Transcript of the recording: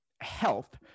health